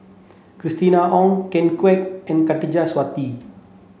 Christina Ong Ken Kwek and Khatijah Surattee